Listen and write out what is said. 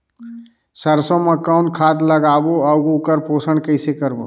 सरसो मा कौन खाद लगाबो अउ ओकर पोषण कइसे करबो?